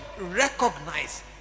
recognize